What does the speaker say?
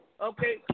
okay